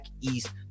East